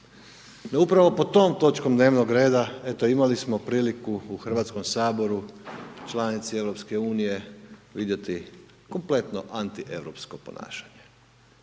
upravo pod tom točkom dnevnog reda, eto imali smo priliku u Hrvatskom saboru, članici Europske unije vidjeti kompletno antieuropsko ponašanje.